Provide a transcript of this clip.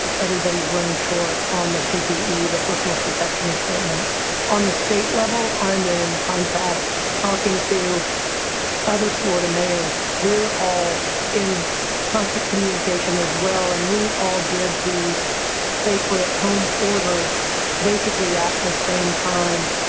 everybody's running short on the ppe, the personal protection equipment on the state level. i'm in contact talking to other florida mayors. we're all in constant communication as well. and we all did these safer at home orders basically, at the same time,